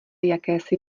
jakési